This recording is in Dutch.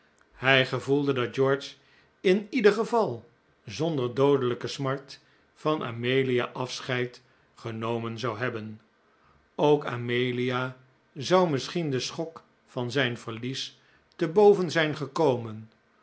hij gevoelde dat george in ieder geval zonder doodelijke smart van amelia afscheid genomen zou hebben ook amelia zou misschien den schok van zijn verlies te boven zijn gekomen